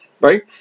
right